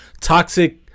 toxic